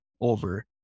over